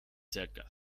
zirka